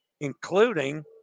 including